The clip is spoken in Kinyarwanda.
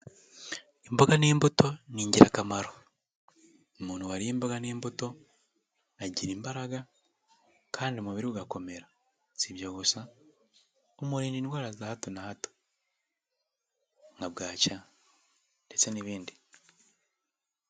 Imboga n'imbuto ni ingirakamaro umuntu wariye imboga n'imbuto agira imbaraga kandi umubiri we ugakomera, si ibyo gusa umurinda indwara za hato na hato nka bwacye ndetse n'ibindi.